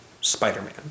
Spider-Man